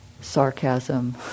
sarcasm